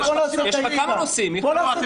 בוא נעשה את העסקה הזאת.